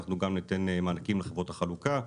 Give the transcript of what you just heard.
אנחנו גם ניתן מענקים לחברות החלוקה,